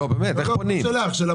איך פונים?